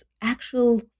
actual